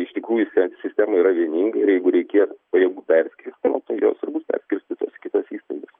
iš tikrųjų se sistema yra vieninga ir jeigu reikės pajėgų perskirstymo tai jos ir bus perskirstytos į kitas įstaigas